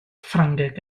ffrangeg